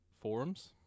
forums